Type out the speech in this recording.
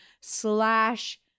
slash